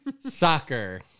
Soccer